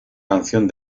canción